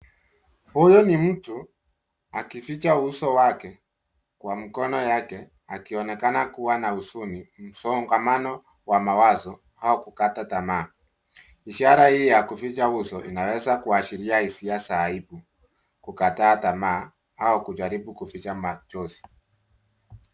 Huyu ni mtu, akificha uso wake, kwa mkono yake, akionekana kuwa na huzuni, msongamano wa mawazo, au kukata tamaa, ishara hii ya kuficha uso inaweza kuashiria hisia za aibu, kukata tamaa, au kujaribu kuficha machozi.